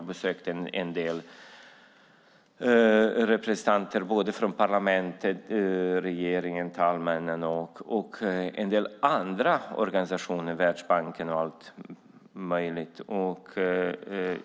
Vi träffade en del representanter från parlamentet, regeringen, talmännen och en del andra organisationer, till exempel Världsbanken.